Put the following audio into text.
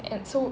and so